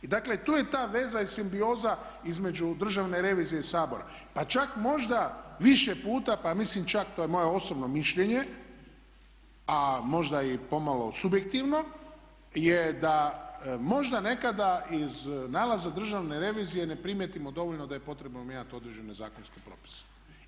I dakle, to je ta veza i simbioza između Državne revizije i Sabora, pa čak možda više puta, pa mislim čak to je moje osobno mišljenje, a možda i pomalo subjektivno je da možda nekada iz nalaza Državne revizije ne primijetimo dovoljno da je potrebno mijenjati određene zakonske propise.